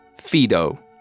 Fido